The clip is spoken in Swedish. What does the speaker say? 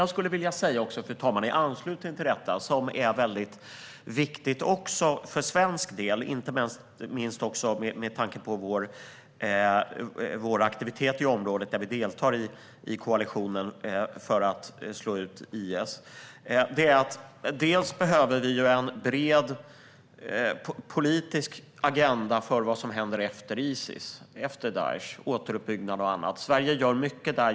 Jag skulle vilja säga något i anslutning till detta som är väldigt viktigt för svensk del, inte minst med tanke på våra aktiviteter i området, där vi deltar i koalitionen för att slå ut IS. Vi behöver en bred politisk agenda för vad som händer efter Isis, efter Daish. Det gäller återuppbyggnad och annat. Sverige gör mycket.